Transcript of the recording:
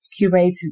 curated